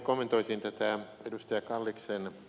kommentoisin tätä ed